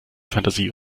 fantasie